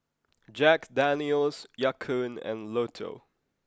Jack Daniel's Ya Kun and Lotto